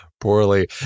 poorly